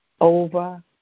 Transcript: over